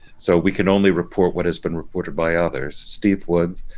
so we can only report what has been reported by others. steve wood,